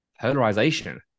Polarization